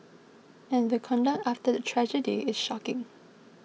and the conduct after the tragedy is shocking